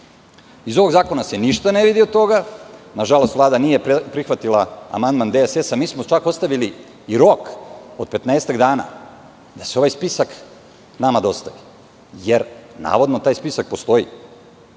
ovog zakona se ništa ne vidi od toga. Nažalost Vlada nije prihvatila amandman DSS, mi smo čak ostavili i rok od 15 dana, da se ovaj spisak nama dostavi, jer navodno, taj spisak postoji. Ja